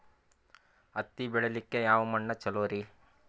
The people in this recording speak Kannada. ಹತ್ತಿ ಬೆಳಿಲಿಕ್ಕೆ ಯಾವ ಮಣ್ಣು ಚಲೋರಿ?